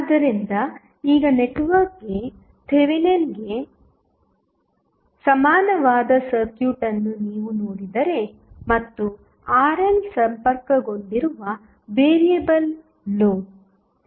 ಆದ್ದರಿಂದ ಈಗ ನೆಟ್ವರ್ಕ್ಗೆ ಥೆವೆನಿನ್ಗೆ ಸಮಾನವಾದ ಸರ್ಕ್ಯೂಟ್ ಅನ್ನು ನೀವು ನೋಡಿದರೆ ಮತ್ತು RL ಸಂಪರ್ಕಗೊಂಡಿರುವ ವೇರಿಯಬಲ್ ಲೋಡ್